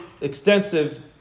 extensive